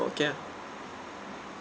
oh okay ah